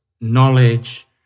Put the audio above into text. knowledge